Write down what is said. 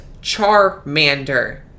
Charmander